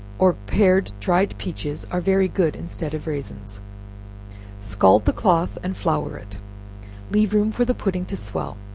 or pared dried peaches, are very good instead of raisins scald the cloth and flour it leave room for the pudding to swell.